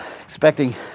expecting